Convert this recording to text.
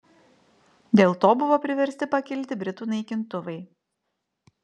dėl to buvo priversti pakilti britų naikintuvai